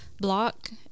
block